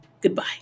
goodbye